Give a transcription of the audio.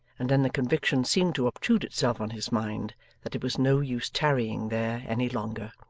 and then the conviction seemed to obtrude itself on his mind that it was no use tarrying there any longer.